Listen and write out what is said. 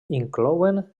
inclouen